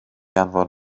anfon